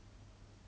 mmhmm